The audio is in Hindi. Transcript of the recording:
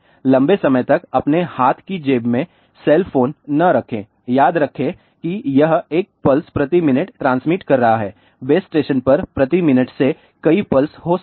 लंबे समय तक अपने हाथ की जेब में सेल फोन न रखें याद रखें कि यह 1 पल्स प्रति मिनट ट्रांसमिट कर रहा है बेस स्टेशन पर प्रति मिनट से कई पल्स तक हो सकता है